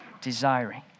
desiring